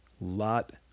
lot